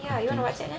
I think